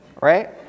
Right